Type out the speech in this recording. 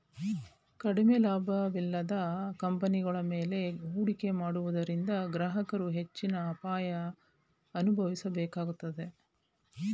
ಕಡಿಮೆ ಲಾಭವಿಲ್ಲದ ಕಂಪನಿಗಳ ಮೇಲೆ ಹೂಡಿಕೆ ಮಾಡುವುದರಿಂದ ಗ್ರಾಹಕರು ಹೆಚ್ಚಿನ ಅಪಾಯ ಅನುಭವಿಸಬೇಕಾಗುತ್ತದೆ